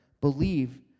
believe